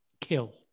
Kill